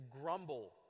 grumble